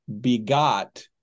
begot